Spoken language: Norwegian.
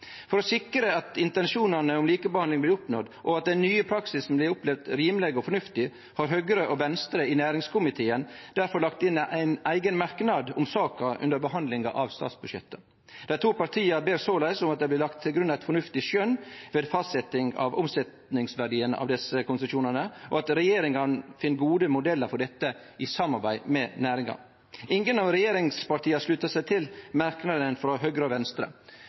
For å sikre at intensjonane om likebehandling blir oppnådde, og at den nye praksisen blir opplevd som rimeleg og fornuftig, har Høgre og Venstre i næringskomiteen difor lagt inn ein eigen merknad om saka under behandlinga av statsbudsjettet. Dei to partia ber såleis om at det blir lagt til grunn eit fornuftig skjøn ved fastsetjing av omsetningsverdiane av desse konsesjonane, og at regjeringa finn gode modellar for dette i samarbeid med næringa. Ingen av regjeringspartia sluttar seg til merknaden frå Høgre og Venstre.